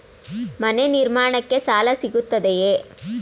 ಮನೆ ನಿರ್ಮಾಣಕ್ಕೆ ಸಾಲ ಸಿಗುತ್ತದೆಯೇ?